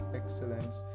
excellence